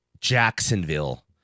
Jacksonville